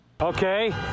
Okay